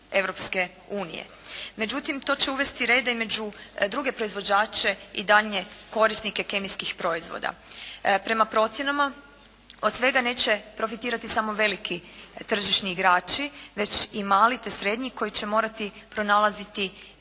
Međutim, to će uvesti reda i među druge proizvođače i daljnje korisnike kemijskih proizvoda. Prema procjenama, od svega neće profitirati samo veliki tržišni igrači već i mali te srednji koji će morati pronalaziti načine